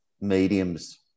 mediums